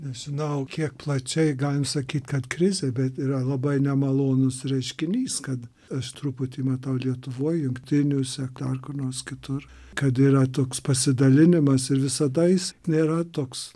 nežinau kiek plačiai galim sakyt kad krizė bet yra labai nemalonus reiškinys kad eš truputį matau lietuvoj jungtiniuose dar kur nors kitur kad yra toks pasidalinimas ir visada jis nėra toks